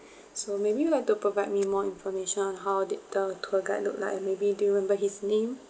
so maybe you'd like to provide me more information on how did the tour guide look like maybe do you remember his name